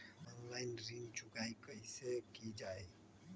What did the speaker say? Online ऋण चुकाई कईसे की ञाई?